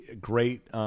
great